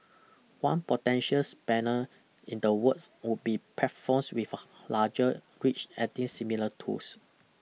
one potential spanner in the works would be platforms with a larger reach adding similar tools